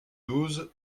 douze